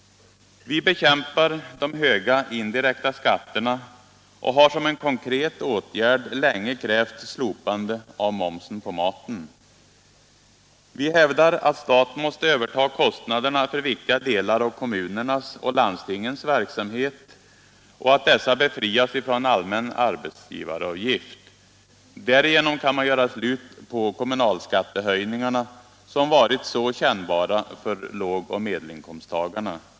Vi bekämpar de höga indirekta skatterna och har som en konkret åtgärd länge krävt slopande av momsen på maten. Vi hävdar att staten måste överta kostnaderna för viktiga delar av kommunernas och landstingens verksamhet och att dessa måste befrias från allmän arbetsgivaravgift. Därigenom kan man göra slut på kommunalskattehöjningarna, som varit så kännbara för lågoch medelinkomsttagarna.